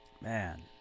man